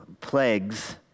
plagues